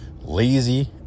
lazy